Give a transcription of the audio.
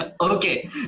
Okay